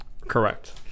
correct